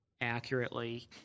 accurately